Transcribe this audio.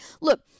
look